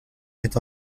est